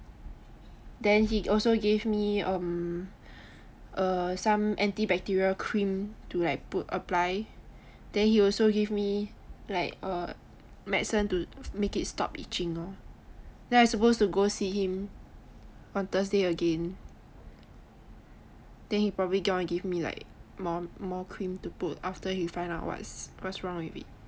then he also gave me um err some anti bacterial cream to like put apply then he also give me like err medicine to make it stop itching lor then I supposed to go see him on thursday again then he probably gonna give me like more cream to put after he find out what's what's wrong with it